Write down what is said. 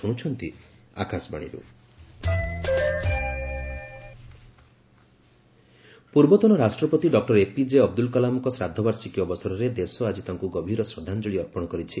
Kalam death anniversary ପୂର୍ବତନ ରାଷ୍ଟ୍ରପତି doctor APJ Abdul କଲାମଙ୍କ ଶ୍ରାଦ୍ଧବାର୍ଷିକୀ ଅବସରରେ ଦେଶ ଆଜି ତାଙ୍କୁ ଗଭୀର ଶ୍ରଦ୍ଧାଞ୍ଜଳୀ ଅର୍ପଣ କରିଛି